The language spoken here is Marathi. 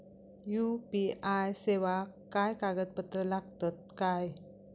यू.पी.आय सेवाक काय कागदपत्र लागतत काय?